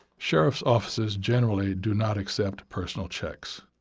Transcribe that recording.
sheriff's offices generally do not accept personal cheques.